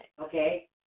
okay